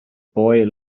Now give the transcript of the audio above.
boy